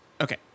Okay